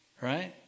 right